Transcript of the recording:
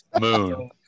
Moon